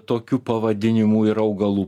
tokių pavadinimų ir augalų